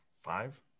Five